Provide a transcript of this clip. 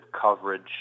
coverage